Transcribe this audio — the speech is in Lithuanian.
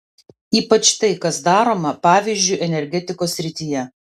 ypač tai kas daroma pavyzdžiui energetikos srityje